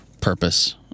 purpose